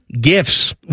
gifts